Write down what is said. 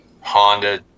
Honda